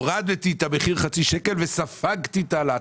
הורדתי את המחיר חצי שקל וספגתי את ההעלאה.